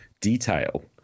detail